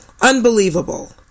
Unbelievable